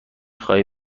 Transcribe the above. خواهی